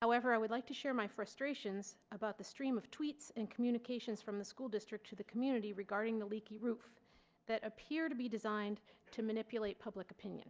however i would like to share my frustration about the stream of tweets and communications from the school district to the community regarding the leaky roof that appear to be designed to manipulate public opinion.